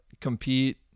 compete